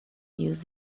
use